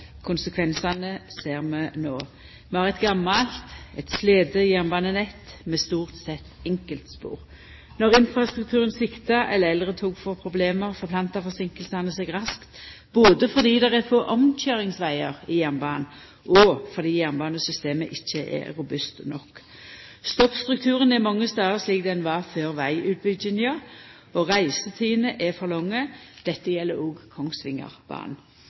Konsekvensane ser vi no. Vi har eit gamalt og slite jernbanenett med stort sett enkeltspor. Når infrastrukturen sviktar, eller eldre tog får problem, forplantar forseinkingane seg raskt, både fordi det er få omkøyringsvegar i jernbanen og fordi jernbanesystemet ikkje er robust nok. Stoppstrukturen er mange stader slik han var før vegutbygginga, og reisetidene er for lange. Dette gjeld òg Kongsvingerbanen. Vi har for store forseinkingar og